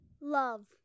Love